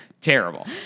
terrible